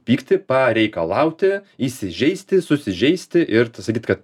pyktį pareikalauti įsižeisti susižeisti ir tada sakyt kad